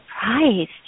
surprised